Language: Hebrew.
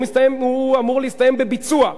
הוא אמור להסתיים בביצוע.